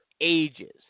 ages